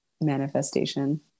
manifestation